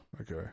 Okay